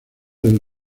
del